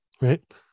right